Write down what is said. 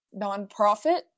nonprofit